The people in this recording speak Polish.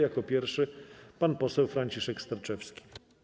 Jako pierwszy pan poseł Franciszek Sterczewski.